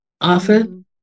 often